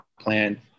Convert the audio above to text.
plan